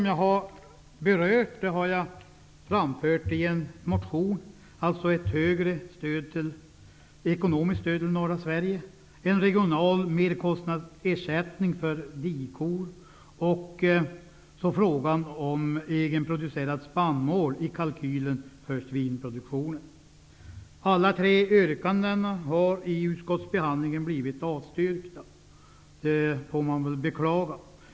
Jag har i en motion framfört det som jag nu har berört, dvs. större ekonomiskt stöd till norra Sverige, en regional merkostnadsersättning för dikor och frågan om egenproducerad spannmål i kalkylen för svinproduktionen. Alla tre yrkandena har i utskottsbehandlingen blivit avstyrkta. Det får man beklaga.